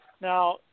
now